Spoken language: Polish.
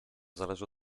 zależy